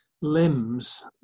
limbs